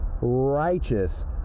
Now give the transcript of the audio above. righteous